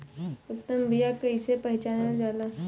उत्तम बीया कईसे पहचानल जाला?